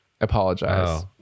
Apologize